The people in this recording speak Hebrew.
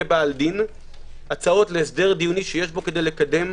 בעל דין הצעות להסדר דיוני שיש בו כדי לקדם,